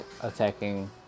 attacking